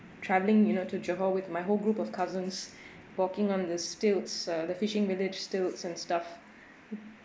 travelling you know to johor with my whole group of cousins walking on the stilts uh the fishing village stilts and stuff